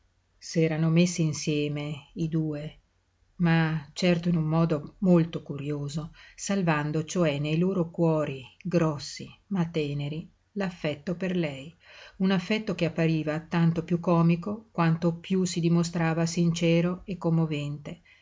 marito s'erano messi insieme i due ma certo in un modo molto curioso salvando cioè nei loro cuori grossi ma teneri l'affetto per lei un affetto che appariva tanto piú comico quanto piú si dimostrava sincero e commovente